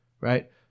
right